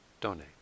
donate